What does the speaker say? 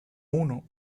uno